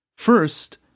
First